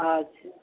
अच्छा